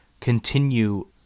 continue